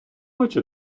очі